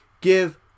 give